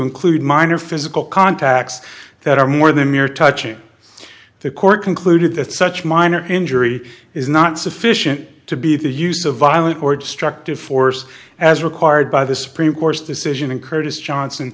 include minor physical contacts that are more than mere touching the court concluded that such minor injury is not sufficient to be the use of violent or destructive force as required by the supreme court's decision and curtis johnson